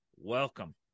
Welcome